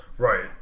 Right